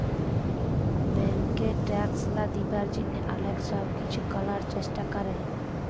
ব্যাংকে ট্যাক্স লা দিবার জ্যনহে অলেক ছব কিছু ক্যরার চেষ্টা ক্যরে